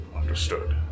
Understood